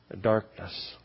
darkness